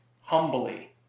humbly